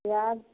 पिआज